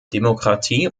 demokratie